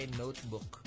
notebook